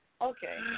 Okay